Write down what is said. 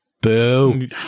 Boo